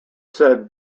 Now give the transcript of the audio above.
said